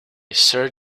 sir